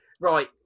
Right